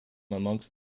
amongst